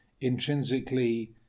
intrinsically